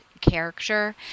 character